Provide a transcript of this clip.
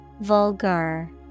Vulgar